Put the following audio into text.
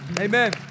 amen